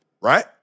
right